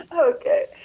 okay